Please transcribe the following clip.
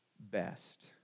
best